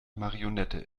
marionette